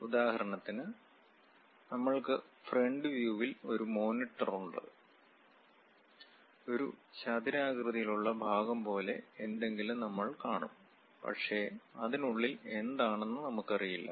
ഉദാഹരണത്തിന് നമ്മൾക്ക് ഫ്രണ്ട് വ്യൂവിൽ ഒരു മോണിറ്റർ ഉണ്ട് ഒരു ചതുരാകൃതിയിലുള്ള ഭാഗം പോലെ എന്തെങ്കിലും നമ്മൾ കാണും പക്ഷേ അതിനുള്ളിൽ എന്താണെന്ന് നമുക്കറിയില്ല